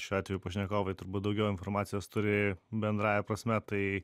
šiuo atveju pašnekovai turbūt daugiau informacijos turi bendrąja prasme tai